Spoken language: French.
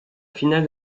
finale